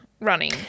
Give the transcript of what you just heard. Running